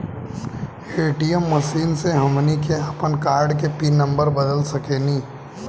ATM machine से हमनी के आपन कार्ड के पिन नम्बर बदल सके नी